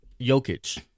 Jokic